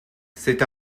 c’est